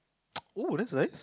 !oo! that's nice